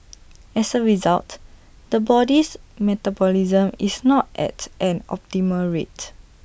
as A result the body's metabolism is not at an optimal rate